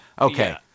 Okay